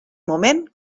moment